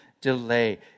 delay